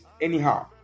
anyhow